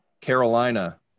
Carolina